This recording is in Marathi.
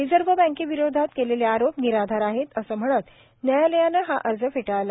रिजर्व्ह बँकेविरोधात केलेले आरोप निराधार आहेत असं म्हणत न्यायालयानं अर्ज फेटाळला